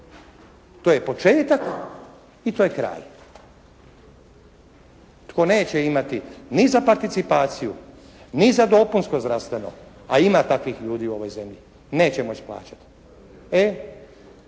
To je početak i to je kraj. Tko neće imati ni za participaciju ni za dopunsko zdravstveno a ima takvih ljudi u ovoj zemlji neće moći plaćati.